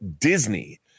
Disney